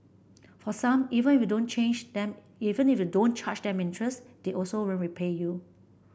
for some even if you don't change them if you don't charge them interest they also won't repay you